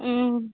ம்